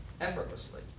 effortlessly